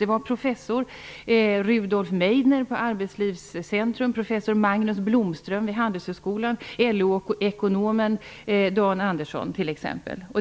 Det var t.ex. professor Rudolf Meidner på Andersson.